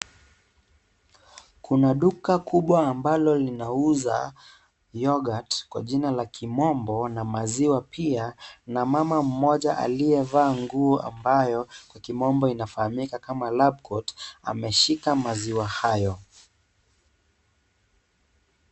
Kuna duka kubwa ambalo linauza youghut kwa jina la kimombo na maziwa pia na mama mmoja aliyevaa nguo ambayo kwa kimombo inafahamika kama lab coat ameshika maziwa hayo.